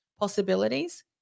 possibilities